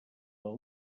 del